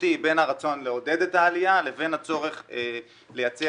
משמעותי בין הרצון לעודד את העלייה לבין הצורך לייצר